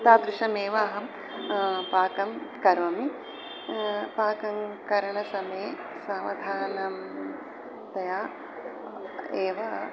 तादृशमेव अहं पाकङ्करोमि पाककरणसमये सावधानतया एव